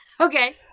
Okay